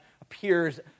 appears